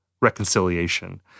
reconciliation